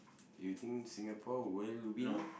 you think Singapore will win